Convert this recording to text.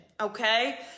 okay